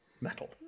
Metal